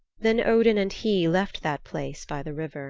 then odin and he left that place by the river